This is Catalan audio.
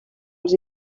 els